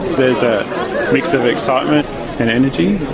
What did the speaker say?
there's a mix of excitement and energy.